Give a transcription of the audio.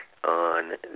on